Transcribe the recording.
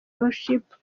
worshipers